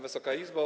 Wysoka Izbo!